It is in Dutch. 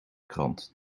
krant